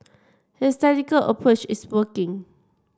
his tactical approach is working